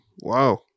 wow